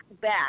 back